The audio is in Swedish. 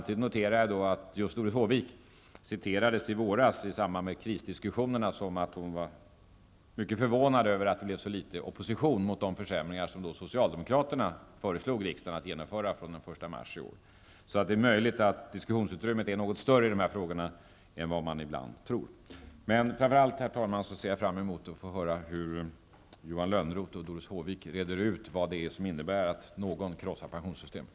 Samtidigt noterade jag i samband med krisdiskussionerna i våras att just Doris Håvik uttalade att hon var mycket förvånad över att det blev så litet opposition mot de försämringar som socialdemokraterna föreslog riksdagen att genomföra från den 1 mars i år. Så det är möjligt att diskussionsutrymmet är något större i de här frågorna än vad man ibland tror. Men framför allt, herr talman, ser jag fram emot att få höra hur Johan Lönnroth och Doris Håvik reder ut vad det är som innebär att någon krossar pensionssystemet.